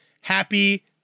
happy